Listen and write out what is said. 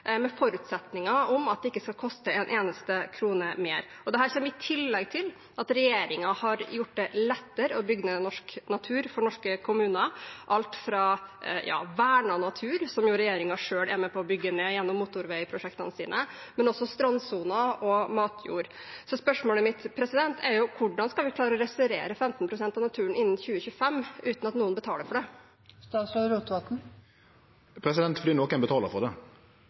at det ikke skal koste en eneste krone mer. Og dette kommer i tillegg til at regjeringen har gjort det lettere for norske kommuner å bygge ned norsk natur, ikke bare vernet natur, som jo regjeringen selv er med på å bygge ned gjennom motorveiprosjektene sine, men også strandsonen og matjord. Så spørsmålet mitt er: Hvordan skal vi klare å restaurere 15 pst. av naturen innen 2025, uten at noen betaler for det? Fordi nokon betaler for det. Vi har ei god satsing på restaurering av natur, bl.a. av viktige våtmarksområde, i budsjettet for